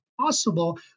possible